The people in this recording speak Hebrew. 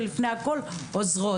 ולפני הכול עוזרות.